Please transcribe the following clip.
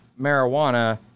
marijuana